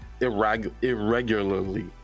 irregularly